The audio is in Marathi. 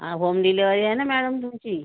आ होम डिलिव्हरी आहे ना मॅडम तुमची